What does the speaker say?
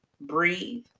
breathe